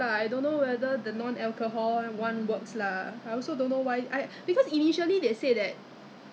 ah correct because they say that because it's issue to every household they are afraid that they'll be used by children 他说